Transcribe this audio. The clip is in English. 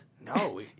no